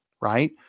right